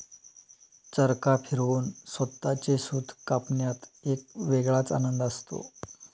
चरखा फिरवून स्वतःचे सूत कापण्यात एक वेगळाच आनंद असतो